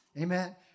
Amen